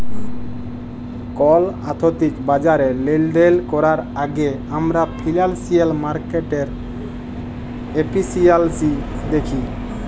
call আথ্থিক বাজারে লেলদেল ক্যরার আগে আমরা ফিল্যালসিয়াল মার্কেটের এফিসিয়াল্সি দ্যাখি